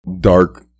Dark